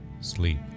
sleep